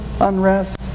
unrest